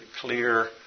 clear